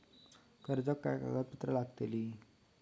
कर्जाक काय कागदपत्र लागतली?